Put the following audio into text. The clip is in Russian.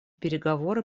переговоры